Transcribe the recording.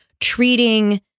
treating